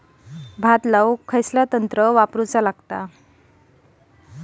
भात लावण्यासाठी कोणते उपकरण वापरावे लागेल?